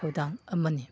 ꯊꯧꯗꯥꯡ ꯑꯃꯅꯤ